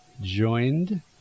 joined